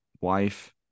wife